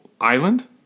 Island